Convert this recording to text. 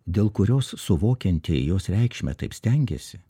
dėl kurios suvokiantie jos reikšmę taip stengiasi